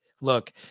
look